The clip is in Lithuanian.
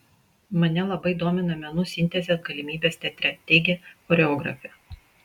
mane labai domina menų sintezės galimybės teatre teigia choreografė